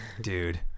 Dude